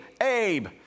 Abe